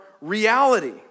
reality